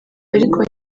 ariko